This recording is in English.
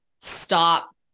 stop